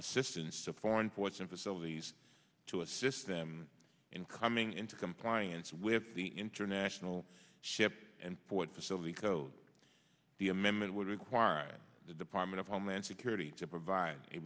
assistance to foreign ports and facilities to assist them in coming into compliance with the international ship and what facility code the amendment would require the department of homeland security to provide a